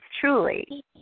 truly